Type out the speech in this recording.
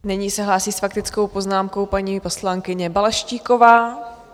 Nyní se hlásí s faktickou poznámkou paní poslankyně Balaštíková.